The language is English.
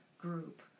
group